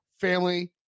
family